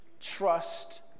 trust